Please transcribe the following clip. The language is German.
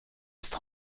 ist